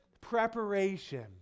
preparation